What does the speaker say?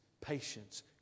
patience